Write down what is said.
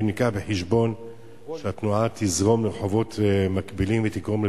3. האם נלקח בחשבון שהתנועה תזרום לרחובות מקבילים ותגרום לפקקים?